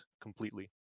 completely